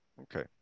Okay